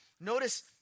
Notice